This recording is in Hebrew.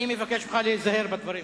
אני מבקש ממך להיזהר בדברים.